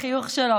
עם החיוך שלו,